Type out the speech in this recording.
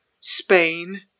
Spain